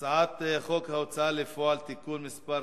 הצעת חוק ההוצאה לפועל (תיקון מס'